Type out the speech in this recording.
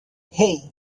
hey